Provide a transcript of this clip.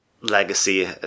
legacy